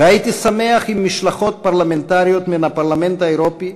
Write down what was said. ואשמח אם משלחות פרלמנטריות מן הפרלמנט האירופי,